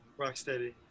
Rocksteady